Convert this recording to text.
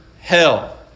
hell